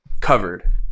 covered